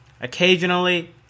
occasionally